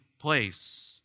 place